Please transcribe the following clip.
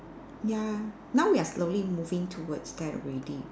ya now we are slowly moving towards that already